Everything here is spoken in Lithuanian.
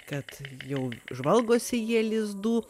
kad jau žvalgosi jie lizdų